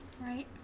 Right